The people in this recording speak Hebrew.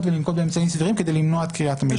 ולנקוט באמצעים סבירים כדי למנוע את קריאת המידע.